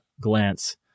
glance